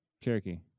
Cherokee